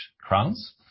crowns